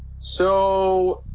so,